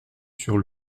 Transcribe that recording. sur